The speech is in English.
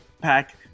pack